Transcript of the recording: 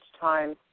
time